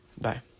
Bye